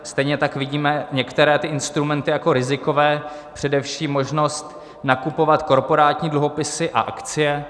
Stejně tak vidíme některé instrumenty jako rizikové, především možnost nakupovat korporátní dluhopisy a akcie.